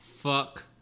Fuck